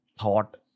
thought